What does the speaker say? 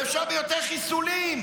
ואפשר ביותר חיסולים.